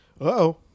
Uh-oh